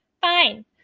fine